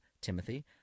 Timothy